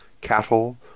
cattle